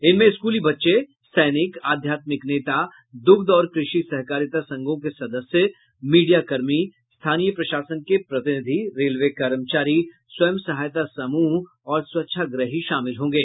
इनमें स्कूली बच्चे सैनिक आध्यात्मिक नेता दुग्ध और कृषि सहकारिता संघों के सदस्य मीडिया कर्मी स्थानीय प्रशासन के प्रतिनिधि रेलवे कर्मचारी स्व सहायता समूह और स्वच्छाग्रही शामिल होंगे